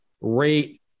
rate